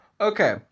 Okay